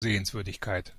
sehenswürdigkeit